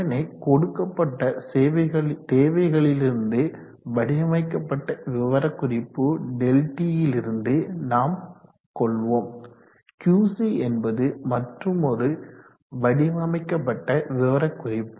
இதனை கொடுக்கப்பட்ட தேவைகளிலிருந்து வடிவமைக்கப்பட்ட விவரக்குறிப்பு ΔT லிருந்து நாம் கொள்வோம் Qc என்பது மற்றொரு வடிவமைக்கப்பட்ட விவரக்குறிப்பு